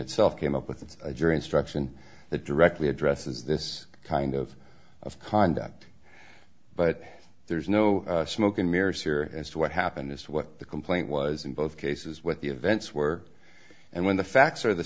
itself came up with a jury instruction that directly addresses this kind of of conduct but there's no smoke and mirrors here as to what happened just what the complaint was in both cases what the events were and when the facts are the